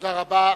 תודה רבה.